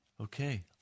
Okay